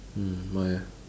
mm why eh